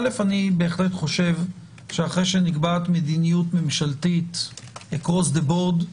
אני בהחלט חושב שאחרי שנקבעת מדיניות ממשלתית across the board,